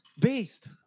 Based